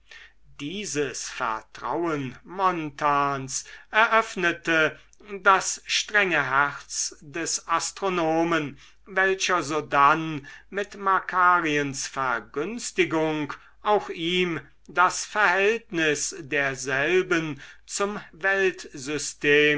dieses vertrauen montans eröffnete das strenge herz des astronomen welcher sodann mit makariens vergünstigung auch ihm das verhältnis derselben zum